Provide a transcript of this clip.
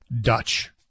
Dutch